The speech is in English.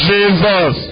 Jesus